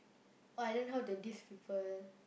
oh I learn how to diss people